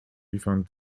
liefern